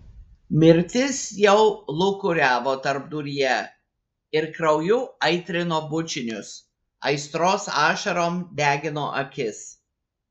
mirtis jau lūkuriavo tarpduryje ir krauju aitrino bučinius aistros ašarom degino akis